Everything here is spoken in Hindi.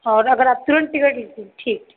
और अगर आप तुरन्त टिकट ले ठीक ठीक